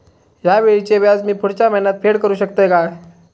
हया वेळीचे व्याज मी पुढच्या महिन्यात फेड करू शकतय काय?